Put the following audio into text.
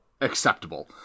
acceptable